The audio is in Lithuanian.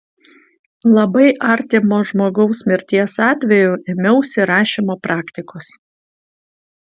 labai artimo žmogaus mirties atveju ėmiausi rašymo praktikos